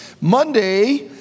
Monday